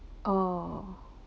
oh